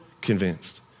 convinced